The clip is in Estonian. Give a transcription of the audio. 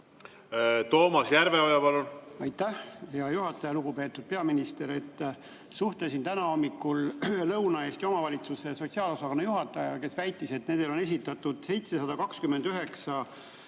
Toomas Järveoja, palun!